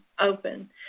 open